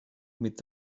mit